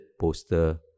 poster